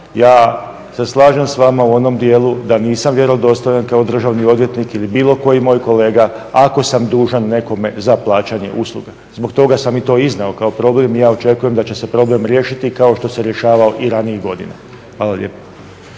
ja se slažem s vama u onom dijelu da nisam vjerodostojan kao državni odvjetnik ili bilo koji moj kolega ako sam dužan nekome za plaćanje usluga. Zbog toga sam i to iznio kao problem i ja očekujem da će se problem riješiti kao što se rješavao i ranijih godina. Hvala lijepo.